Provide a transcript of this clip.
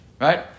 Right